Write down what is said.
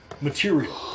material